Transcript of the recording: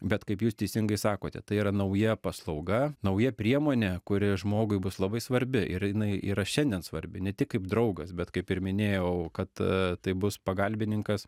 bet kaip jūs teisingai sakote tai yra nauja paslauga nauja priemonė kuri žmogui bus labai svarbi ir jinai yra šiandien svarbi ne tik kaip draugas bet kaip ir minėjau kad tai bus pagalbininkas